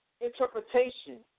interpretation